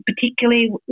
particularly